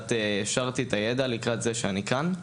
והעשרתי את הידע לקראת זה שאני כאן.